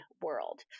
world